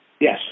Yes